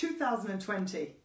2020